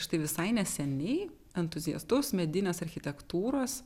štai visai neseniai entuziastus medinės architektūros